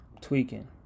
Tweaking